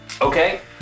Okay